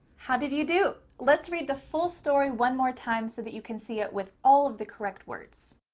how did you do? let's read the full story one more time so that you can see it with all of the correct words.